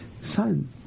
son